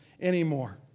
anymore